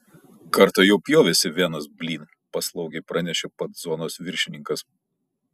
kartą jau pjovėsi venas blin paslaugiai pranešė pats zonos viršininkas